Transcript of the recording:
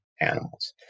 animals